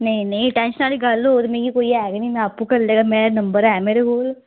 नेईं नेईं टेंशन आह्ली कोई गल्ल होग मीं कोई ऐ गै नि मैं आपूं कर ले मैं नंबर ऐ मेरे कोल